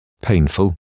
painful